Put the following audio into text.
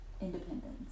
independence